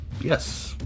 yes